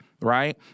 Right